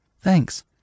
Thanks